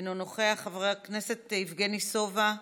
אינו נוכח, חבר הכנסת יבגני סובה,